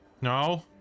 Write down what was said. No